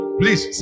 please